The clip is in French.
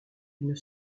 d’une